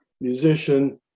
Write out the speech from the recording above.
musician